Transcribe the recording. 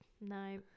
No